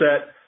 set